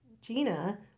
Gina